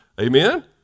Amen